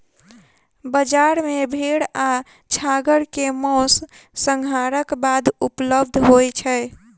बजार मे भेड़ आ छागर के मौस, संहारक बाद उपलब्ध होय छै